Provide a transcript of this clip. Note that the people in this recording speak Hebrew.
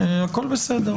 הכול בסדר.